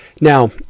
Now